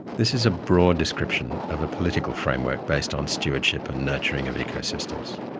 this is a broad description of a political framework based on stewardship and nurturing of ecosystems.